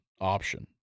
option